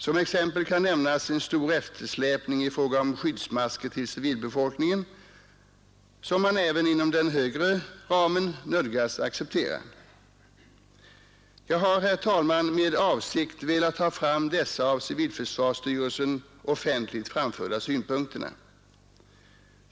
Som exempel kan nämnas en stor eftersläpning i fråga om skyddsmasker till civilbefolkningen, som man även inom denna högre ram nödgas acceptera. Jag har, herr talman, men avsikt velat ta fram dessa av civilförsvarsstyrelsen offentligt framförda synpunkter.